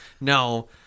no